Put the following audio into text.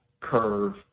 curve